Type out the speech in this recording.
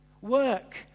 work